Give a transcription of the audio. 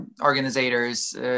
organizers